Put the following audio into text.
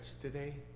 today